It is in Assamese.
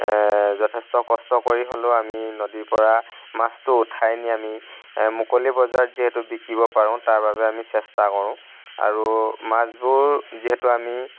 যথেষ্ট কষ্ট কৰি হ'লেও আমি নদীৰ পৰা মাছটো উঠাই নি আমি মুকলি বজাৰত যিহেতু বিক্ৰীব পাৰোঁ তাৰ বাবে আমি চেষ্টা কৰোঁ আৰু মাছবোৰ যিহেতু আমি